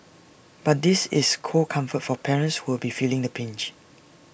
but this is cold comfort for parents who'll be feeling the pinch